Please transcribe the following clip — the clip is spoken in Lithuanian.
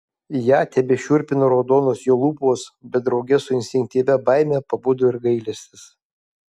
ją tebešiurpino raudonos jo lūpos bet drauge su instinktyvia baime pabudo ir gailestis